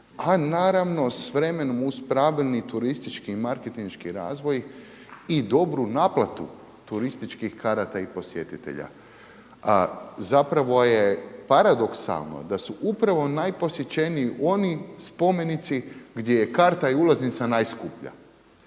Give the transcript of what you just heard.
a naravno s vremenom uz pravilni turistički i marketinški razvoj i dobru naplatu turističkih karata i posjetitelja. Zapravo je paradoksalno da su upravo najposjećeniji oni spomenici gdje je karta i ulaznica najskuplja.